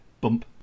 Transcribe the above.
bump